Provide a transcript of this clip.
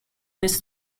this